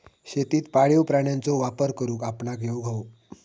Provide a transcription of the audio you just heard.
शेतीत पाळीव प्राण्यांचो वापर करुक आपणाक येउक हवो